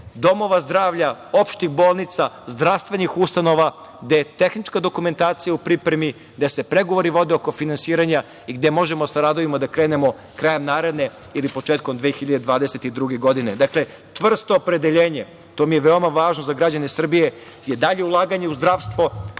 domova zdravlja, opštih bolnica, zdravstvenih ustanova gde je tehnička dokumentacija u pripremi, gde se pregovori vode oko finansiranja i gde možemo sa radovima da krenemo krajem naredne ili početkom 2022. godine. Dakle, čvrsto opredeljenje, to i je veoma važno za građane Srbije je dalje ulaganje u zdravstvo,